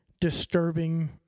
disturbing